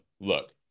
look